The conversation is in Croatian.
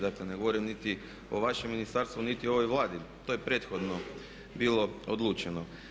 Dakle, ne govorim niti o vašem ministarstvu niti o ovoj Vladi, to je prethodno bilo odlučeno.